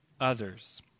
others